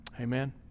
Amen